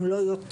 אם לא יותר.